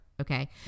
Okay